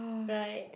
right